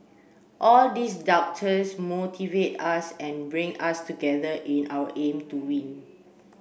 all these doubters motivate us and bring us together in our aim to win